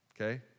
okay